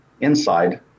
inside